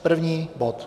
První bod.